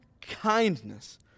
kindness